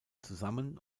zusammen